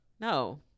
No